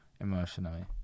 emotionally